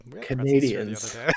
Canadians